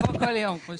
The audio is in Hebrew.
לנושא